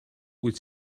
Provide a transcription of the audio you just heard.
wyt